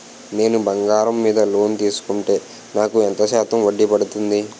నేను బంగారం మీద లోన్ తీసుకుంటే నాకు ఎంత శాతం వడ్డీ పడుతుంది?